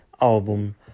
album